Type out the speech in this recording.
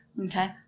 Okay